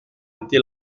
été